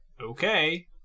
okay